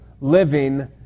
living